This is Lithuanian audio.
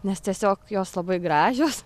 nes tiesiog jos labai gražios